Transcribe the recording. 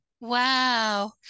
wow